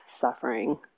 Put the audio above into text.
suffering